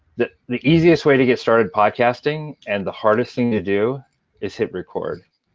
the the easiest way to get started podcasting and the hardest thing to do is hit record.